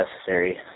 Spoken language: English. necessary